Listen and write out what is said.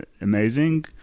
amazing